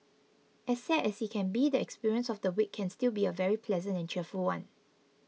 as sad as it can be the experience of the wake can still be a very pleasant and cheerful one